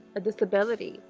a disability